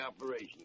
operation